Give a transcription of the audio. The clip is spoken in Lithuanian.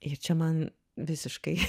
ir čia man visiškai